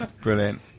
Brilliant